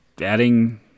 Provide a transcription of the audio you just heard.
adding